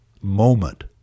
moment